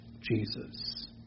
Jesus